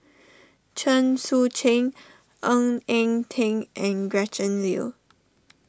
Chen Sucheng Ng Eng Teng and Gretchen Liu